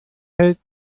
hält